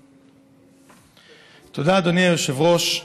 תודה, אדוני היושב-ראש.